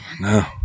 No